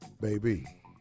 Baby